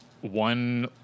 one